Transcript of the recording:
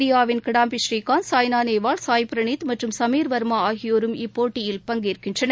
இந்தியாவின் கிடாம்பி ஸ்ரீகாந்த் சாய்னா நேவால் சாய் பிரனீத் மற்றும் சுமீர் வர்மா ஆகியோரும் இப்போட்டியில் பங்கேற்கின்றனர்